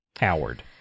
Howard